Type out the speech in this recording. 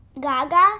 gaga